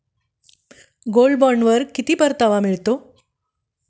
Gold बॉण्डवर किती परतावा मिळतो?